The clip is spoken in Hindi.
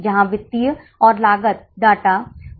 और औसत लागत क्या है